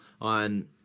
on